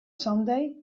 someday